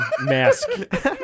mask